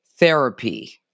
Therapy